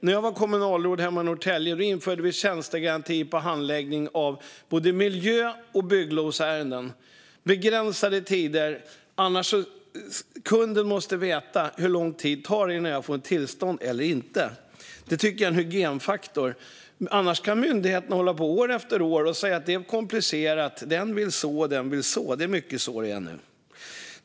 När jag var kommunalråd i Norrtälje införde vi tjänstegaranti på handläggning av både miljö och bygglovsärenden, med begränsning av tiden. Kunden måste veta hur lång tid det tar att få ett tillstånd eller inte. Det tycker jag är en hygienfaktor, annars kan myndigheterna hålla på år efter år och säga att det är komplicerat och att den vill så och någon annan vill något annat. Det är mycket så det är nu.